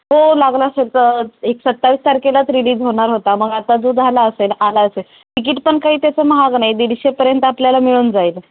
हो लागला असेल तर एक सत्तावीस तारखेलाच रिलीज होणार होता मग आता जो आदा असेल आला असेल तिकीट पण काही त्याचं महाग नाही दीडशेपर्यंत आपल्याला मिळून जाईल